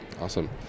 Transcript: Awesome